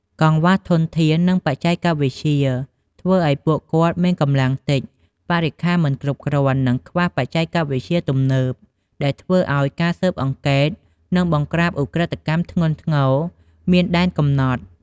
កង្វះធនធាន និងបច្ចេកវិទ្យា ធ្វើឲ្យពួកគាត់មានកម្លាំងតិច បរិក្ខារមិនគ្រប់គ្រាន់ និងខ្វះបច្ចេកវិទ្យាទំនើប ដែលធ្វើឲ្យការស៊ើបអង្កេត និងបង្ក្រាបឧក្រិដ្ឋកម្មធ្ងន់ធ្ងរមានដែនកំណត់។